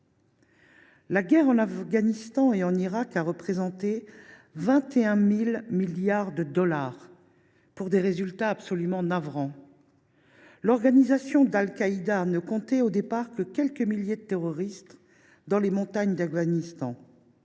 La guerre en Afghanistan et en Irak a coûté 21 000 milliards de dollars pour des résultats absolument navrants. L’organisation d’Al Qaïda ne comptait au départ que quelques milliers de terroristes dans les montagnes d’Afghanistan.